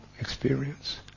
experience